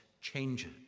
changes